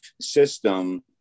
system